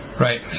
Right